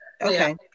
Okay